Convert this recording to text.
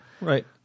Right